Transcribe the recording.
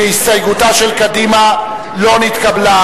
ההסתייגות של קבוצת סיעת קדימה לסעיף 2(6) לא נתקבלה.